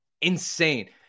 insane